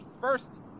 first